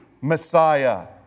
Messiah